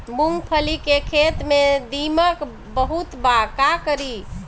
मूंगफली के खेत में दीमक बहुत बा का करी?